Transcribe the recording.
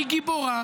היא גיבורה,